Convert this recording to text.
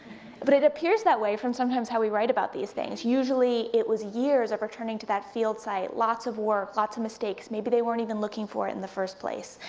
but it appears that way from sometimes how we write about these things. usually, it was years of returning to that field site. lots of work, lots of mistakes. maybe they weren't even looking for it in the first place.